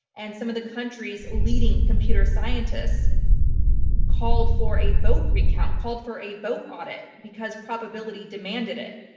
and some of the country's leading computer scientists called for a vote recount, called for a vote audit because probability demanded it,